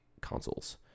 consoles